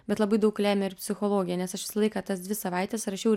bet labai daug lemia ir psichologija nes aš visą laiką tas dvi savaites rašiau